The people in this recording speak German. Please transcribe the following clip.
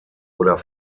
oder